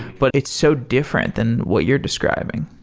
but it's so different than what you're describing.